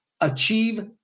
achieve